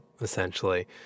essentially